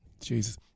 Jesus